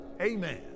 Amen